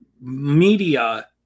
media